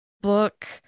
book